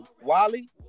Wally